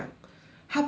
他不是